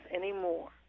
anymore